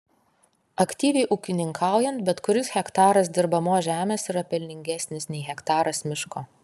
aktyviai ūkininkaujant bet kuris hektaras dirbamos žemės yra pelningesnis nei hektaras miško